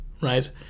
right